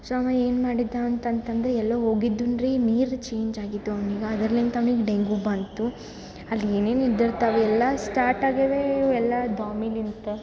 so ಅವ ಏನು ಮಾಡಿದ ಅಂತಂತಂದರೆ ಎಲ್ಲೋ ಹೋಗಿದನ್ ರೀ ನೀರು ಚೇಂಜ್ ಆಗಿತ್ತು ಅವ್ನಿಗೆ ಅದ್ರಲಿಂತ್ ಅವ್ನಿಗೆ ಡೆಂಗ್ಯೂ ಬಂತು ಅಲ್ಲಿ ಏನೇನು ಇದ್ದಿರ್ತವ ಎಲ್ಲ ಸ್ಟಾರ್ಟ್ ಆಗ್ಯವೇ ಎಲ್ಲ ದ್ವಾಮಿ ಲಿಂತ